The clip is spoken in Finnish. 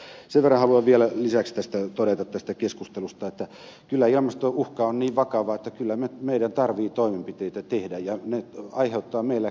sen verran haluan vielä lisäksi tästä keskustelusta todeta että kyllä ilmastouhka on niin vakava että meidän tarvitsee toimenpiteitä tehdä ja ne aiheuttavat meillä käyttäytymismuutoksia